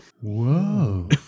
whoa